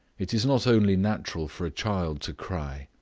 it is not only natural for a child to cry,